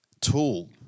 tool